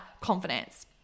confidence